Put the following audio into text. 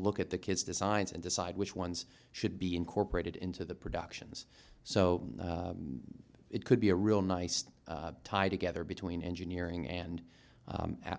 look at the kids designs and decide which ones should be incorporated into the productions so it could be a real nice tie together between engineering and